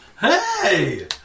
Hey